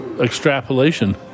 extrapolation